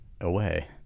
away